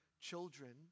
children